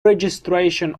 registration